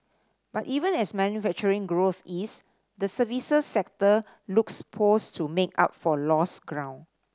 but even as manufacturing growth eased the services sector looks poised to make up for lost ground